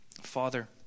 Father